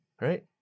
Right